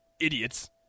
Idiots